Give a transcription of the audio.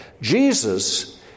Jesus